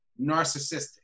narcissistic